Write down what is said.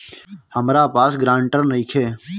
हमरा पास ग्रांटर नइखे?